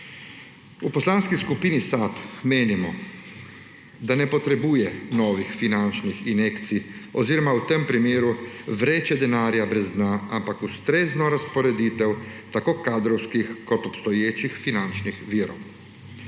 V Poslanski skupini SAB menimo, da ne potrebuje novih finančnih injekcij oziroma v tem primeru vreče denarja brez dna, ampak ustrezno razporeditev tako kadrovskih kot obstoječih finančnih virov.